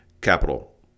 Capital